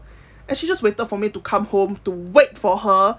and she just waited for me to come home to wait for her